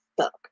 stuck